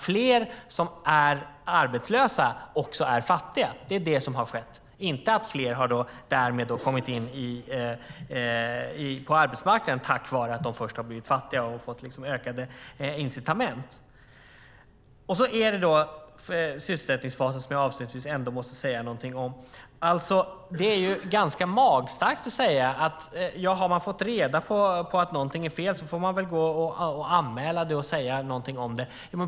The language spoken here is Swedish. Fler som är arbetslösa är också fattiga. Det är det som har skett, inte att fler kommit ut på arbetsmarknaden tack vare att de först blivit fattiga och fått ökade incitament. Avslutningsvis måste jag säga någonting om sysselsättningsfasen. Det är ganska magstarkt att säga att om man får reda på att någonting är fel så får man väl gå och anmäla det.